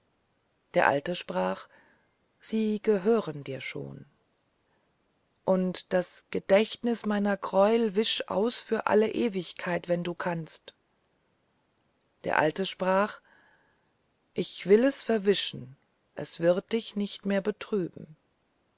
der alte sprach sie gehören dir schon und das gedächtnis meiner greuel wische aus für alle ewigkeit wenn du kannst der alte sprach ich will es verwischen es wird dich nicht mehr betrüben